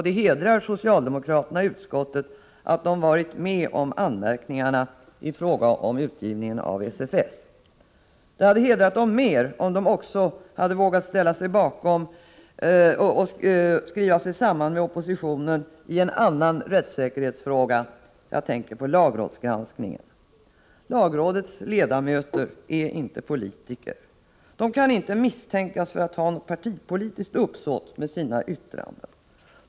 Det hedrar socialdemokraterna i utskottet att de har varit med om anmärkningarnai fråga om utgivningen av SFS, det hade hedrat dem mer om de också hade vågat att skriva sig samman med oppositionen i en annan rättssäkerhetsfråga, nämligen lagrådsgranskningen. Lagrådets ledamöter är inte politiker. De kan inte misstänkas för att ha något partipolitiskt uppsåt med sina yttranden.